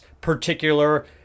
particular